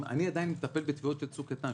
החומות" אני עדין מטפל בפניות מ"צוק איתן".